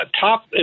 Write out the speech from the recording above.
top